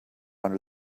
under